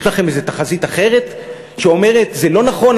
יש לכם איזו תחזית אחרת שאומרת: זה לא נכון,